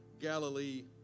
Galilee